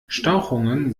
stauchungen